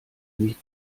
nicht